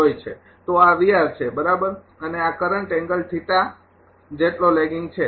તો આ છે બરાબર અને આ કરંટ એંગલ જેટલો લેગિંગ છે